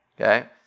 Okay